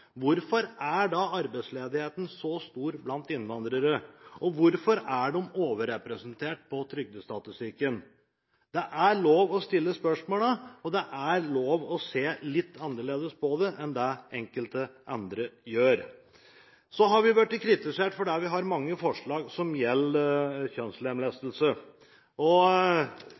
hvorfor er da arbeidsledigheten så stor blant innvandrere, og hvorfor er de overrepresentert på trygdestatistikken? Det er lov å stille spørsmålene, og det er lov å se litt annerledes på det enn det enkelte andre gjør. Så har vi blitt kritisert fordi vi har mange forslag som gjelder kjønnslemlestelse.